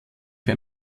für